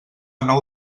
nou